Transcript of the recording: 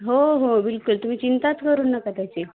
हो हो बिलकुल तुम्ही चिंताच करून नका त्याची